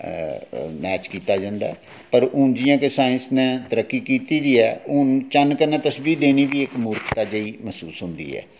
match कित्ता जंदा ऐ पर हून जियां केह् काफी साईंस ने तरक्की कीती दी ऐ हुन चन्न कन्नै तश्वी करना इक मूर्खता जनेही महसूस होंदी ऐ